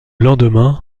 lendemain